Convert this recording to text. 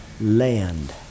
land